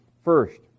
First